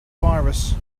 virus